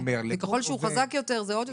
וככל שהוא חזק יותר זה אפילו עוד יותר.